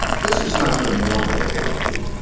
this is not the normal way of being,